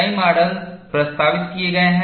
कई मॉडल प्रस्तावित किए गए हैं